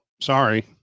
sorry